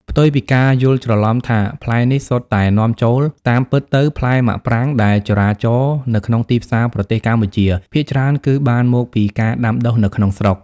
ផ្ទុយពីការយល់ច្រឡំថាផ្លែនេះសុទ្ធតែនាំចូល តាមពិតទៅផ្លែមាក់ប្រាងដែលចរាចរណ៍នៅក្នុងទីផ្សារប្រទេសកម្ពុជាភាគច្រើនគឺបានមកពីការដាំដុះនៅក្នុងស្រុក។